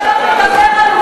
אתה לא מדבר על עובדות,